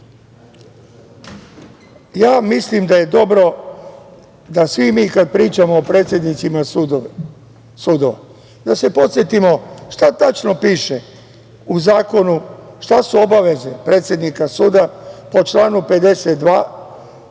mandat. Mislim da je dobro da se svi mi kada pričamo o predsednicima sudova podsetimo šta tačno piše u zakonu, šta su obaveze predsednika suda po članu 52.